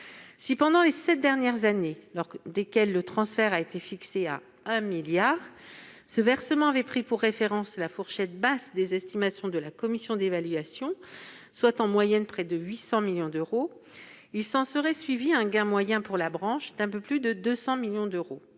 Si pendant les sept dernières années, au cours desquelles le transfert a été fixé à 1 milliard d'euros, on avait pris pour référence de ce versement la fourchette basse des estimations de la commission d'évaluation, soit en moyenne près de 800 millions d'euros, il s'en serait suivi un gain moyen pour la branche d'un peu plus de 200 millions d'euros.